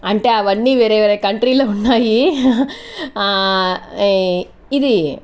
అంటే అవన్నీ వేరే వేరే కంట్రీ లలో ఉన్నాయి ఈ ఇది